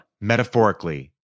Metaphorically